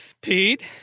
Pete